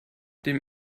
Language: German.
dem